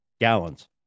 gallons